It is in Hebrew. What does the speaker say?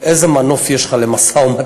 איזה מנוף יש לך למשא-ומתן?